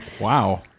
Wow